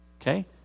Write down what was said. Okay